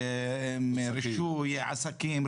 רישוי עסקים,